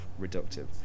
reductive